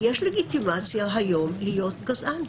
יש לגיטימציה היום להיות גזען.